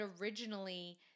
originally